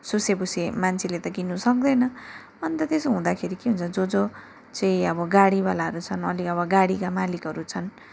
सुसेभुसे मान्छेले त किन्नु सक्दैन अन्त त्यसो हुँदाखेरि के हुन्छ जो जो चाहिँ गाडीवालाहरू छन् अलि अब गाडीका मालिकहरू छन्